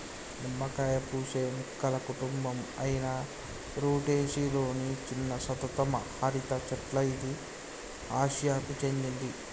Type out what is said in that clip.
నిమ్మకాయ పూసే మొక్కల కుటుంబం అయిన రుటెసి లొని చిన్న సతత హరిత చెట్ల ఇది ఆసియాకు చెందింది